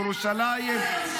ירושלים,